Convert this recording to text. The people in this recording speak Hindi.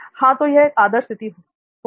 हां तो यह आदर्श स्थिति हो गई